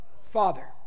father